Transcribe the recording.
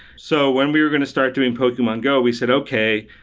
so, when we're going to start doing pokemon go, we said, okay,